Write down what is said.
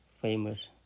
famous